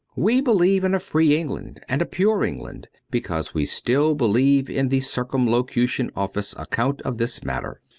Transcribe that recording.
we believe in a free england and a pure england, because we still believe in the circumlocution office account of this matter.